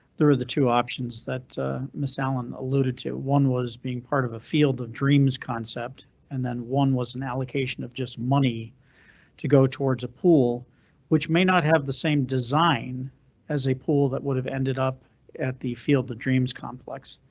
there are the two options that miss. alan alluded to one was being part of a field of dreams concept, and then one was an allocation of just money to go towards a pool which may not have the same design as a pool that would have ended up at the field of dreams complex.